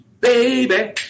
baby